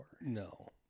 No